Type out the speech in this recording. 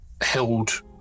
held